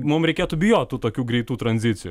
mum reikėtų bijot tų tokių greitų tranzicijų